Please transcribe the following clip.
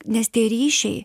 nes tie ryšiai